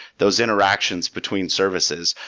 those interactions between services.